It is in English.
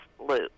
loop